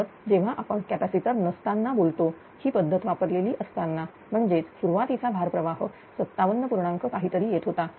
तर जेव्हा आपण कॅपॅसिटर नसताना बोलतो ही पद्धत वापरलेली असताना म्हणजेच सुरुवातीचा भार प्रवाह 57 पूर्णांक काहीतरी येत होता